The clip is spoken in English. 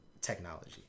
technology